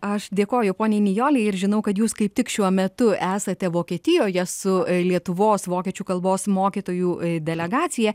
aš dėkoju poniai nijolei ir žinau kad jūs kaip tik šiuo metu esate vokietijoje su lietuvos vokiečių kalbos mokytojų delegacija